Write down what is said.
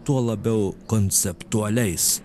tuo labiau konceptualiais